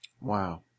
Wow